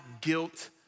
guilt